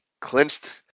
clinched